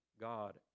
God